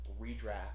redraft